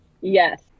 Yes